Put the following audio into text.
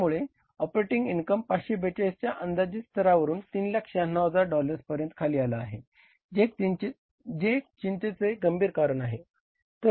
त्यामुळे operating income 542 च्या अंदाजित स्तरावरून 396000 डॉलर्स पर्यंत खाली आला आहे जे एक चिंतेचे गंभीर कारण आहे